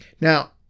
Now